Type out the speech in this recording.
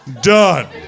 Done